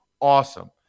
Awesome